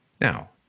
Now